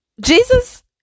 Jesus